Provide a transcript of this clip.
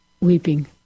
weeping